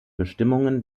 bestimmungen